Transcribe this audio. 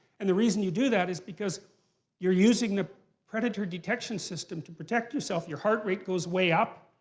and the reason you do that is because you're using the predator detection system to protect yourself. your heart rate goes way up,